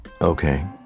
okay